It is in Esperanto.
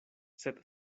sed